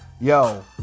yo